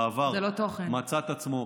אני חושב שמי שהתערב בתוכן בעבר מצא את עצמו,